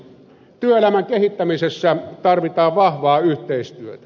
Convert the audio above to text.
työelämän kehittämisessä tarvitaan vahvaa yhteistyötä